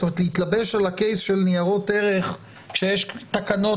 להתלבש על ה"קייס" של ניירות ערך כשיש תקנות